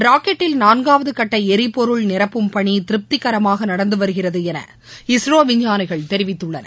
ராக்கெட்டில் நான்காவது கட்ட எரிபொருள் நிரப்பும் பணி திருப்திகரமாக நடந்து வருகிறது என இஸ்ரோ விஞ்ஞானிகள் தெரிவித்துள்ளனர்